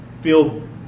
feel